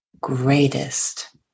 greatest